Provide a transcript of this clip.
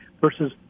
versus